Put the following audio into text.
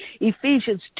Ephesians